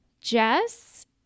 jess